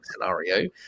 scenario